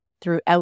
throughout